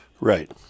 Right